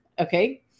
Okay